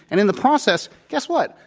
and in the process, guess what?